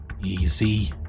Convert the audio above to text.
Easy